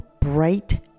bright